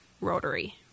Rotary